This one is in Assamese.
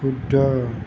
শুদ্ধ